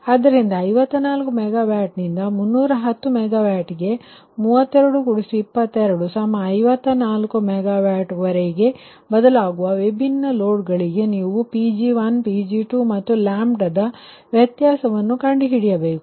ಆದ್ದರಿಂದ 54 MW ನಿಂದ 310 MWಗೆ 322254 MWವರೆಗೆ ಬದಲಾಗುವ ವಿಭಿನ್ನ ಲೋಡಗಳಿಗೆ ನೀವು Pg1 Pg2ಮತ್ತು ದ ವ್ಯತ್ಯಾಸವನ್ನು ಕಂಡುಹಿಡಿಯಬೇಕು